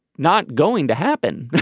not going to happen.